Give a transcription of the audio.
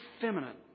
feminine